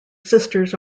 sisters